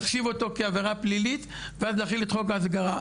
כעבירה פלילית ואז להחיל את חוק ההסגרה.